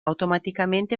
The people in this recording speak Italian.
automaticamente